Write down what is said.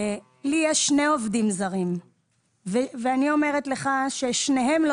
לי יש שני עובדים זרים ואני אומרת לך ששניהם לא